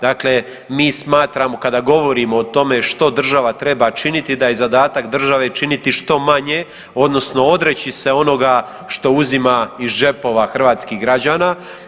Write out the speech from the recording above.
Dakle, mi smatramo kada govorimo o tome što država treba činiti da je zadatak države činiti što manje odnosno odreći se onoga što uzima iz džepova hrvatskih građana.